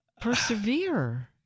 persevere